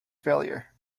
failure